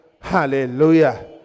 Hallelujah